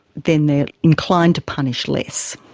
then they are inclined to punish less.